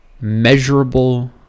measurable